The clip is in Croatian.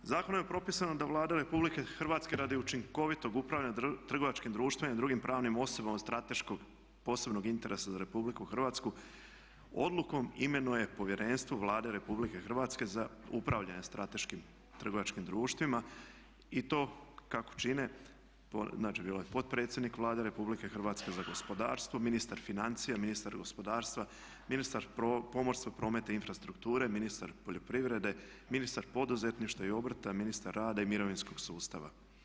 Zakonom je propisano da Vlada RH radi učinkovitog upravljanja trgovačkim društvima i drugim pravnim osobama od strateškog posebnog interesa za Republiku Hrvatsku odlukom imenuje povjerenstvo Vlade RH za upravljanje strateškim trgovačkim društvima i to kako čine, znači bio je potpredsjednik Vlade RH za gospodarstvo, ministar financija, ministar gospodarstva, ministar pomorstva, prometa i infrastrukture, ministar poljoprivrede, ministar poduzetništva i obrta, ministar rada i mirovinskog sustava.